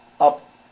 up